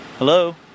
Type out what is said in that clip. Hello